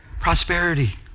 Prosperity